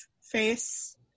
face